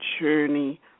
journey